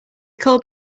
called